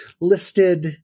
listed